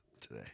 today